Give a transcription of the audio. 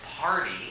party